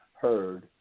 heard